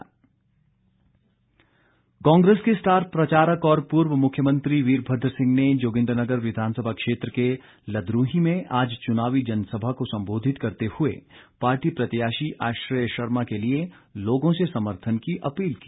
वीरभद्र सिंह कांग्रेस के स्टार प्रचारक और पूर्व मुख्यमंत्री वीरभद्र सिंह ने जोगिन्द्रनगर विधानसभा क्षेत्र के लदरूहीं में आज चुनावी जनसभा को सम्बोधित करते हुए पार्टी प्रत्याशी आश्रय शर्मा के लिए लोगों से समर्थन की अपील की